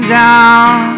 down